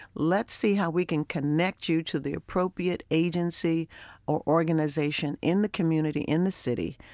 let's see how we can connect you to the appropriate agency or organization in the community, in the city,